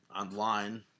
online